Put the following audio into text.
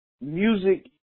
music